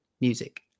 music